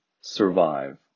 survive